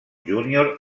júnior